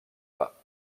pas